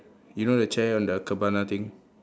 you know the chair on the cabana thing